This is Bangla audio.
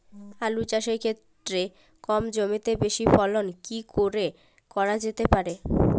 আলু চাষের ক্ষেত্রে কম জমিতে বেশি ফলন কি করে করা যেতে পারে?